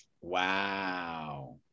Wow